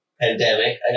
pandemic